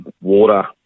water